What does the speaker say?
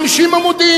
50 עמודים.